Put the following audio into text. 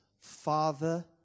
father